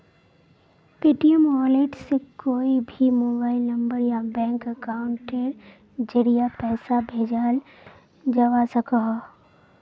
Paytm wallet से कोए भी मोबाइल नंबर या बैंक अकाउंटेर ज़रिया पैसा भेजाल जवा सकोह